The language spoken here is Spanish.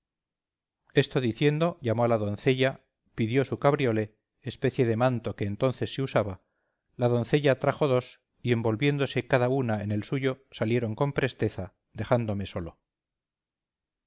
esto diciendo llamó a la doncella pidió su cabriolé especie de manto que entonces se usaba la doncella trajo dos y envolviéndose cada una en el suyo salieron con presteza dejándome solo